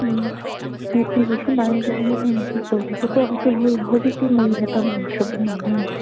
ꯎꯝ ꯑꯩꯒꯤꯁꯨ ꯂꯥꯛꯑꯦ ꯑꯗꯨꯒ ꯑꯩꯅ ꯄꯤꯛ ꯇꯧꯗꯕꯀꯣ ꯑꯗꯣ ꯍꯣꯏ ꯍꯧꯖꯤꯛꯇꯤ ꯃꯣꯏꯒꯤ ꯃꯇꯝ ꯑꯣꯏꯈ꯭ꯔꯕ ꯃꯥꯜꯂꯦ